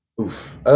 Oof